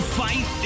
fight